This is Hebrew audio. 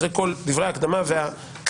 אחרי כל דברי ההקדמה והקטיעות,